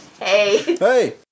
Hey